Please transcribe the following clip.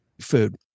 food